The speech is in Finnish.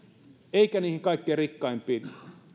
emmekä niihin kaikkein rikkaimpiin